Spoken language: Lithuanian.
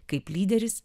kaip lyderis